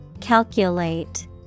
Calculate